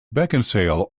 beckinsale